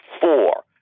four